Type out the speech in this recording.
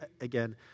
again